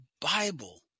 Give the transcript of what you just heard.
Bible